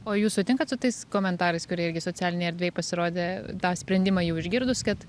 o jūs sutinkat su tais komentarais kurie irgi socialinėj erdvėj pasirodė tą sprendimą jau išgirdus kad